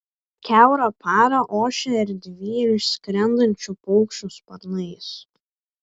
kiaurą parą ošia erdvė išskrendančių paukščių sparnais